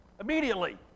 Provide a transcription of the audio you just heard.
immediately